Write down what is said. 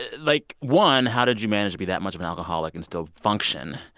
ah like, one, how did you manage to be that much of an alcoholic and still function?